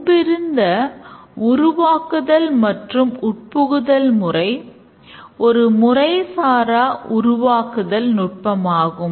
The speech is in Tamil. முன்பிருந்த உருவாக்குதல் மற்றும் உட்புகுதல் முறை ஒரு முறைசாரா உருவாக்குதல் நுட்பமாகும்